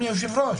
אדוני היושב-ראש.